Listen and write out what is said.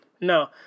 No